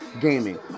Gaming